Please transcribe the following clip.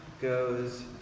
goes